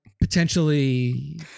potentially